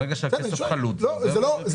ברגע שהכסף חלוט זה עובר לקרן העושר בוודאות.